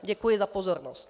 Děkuji za pozornost.